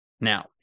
now